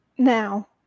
now